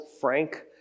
frank